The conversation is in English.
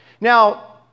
Now